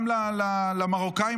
גם למרוקאים,